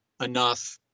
enough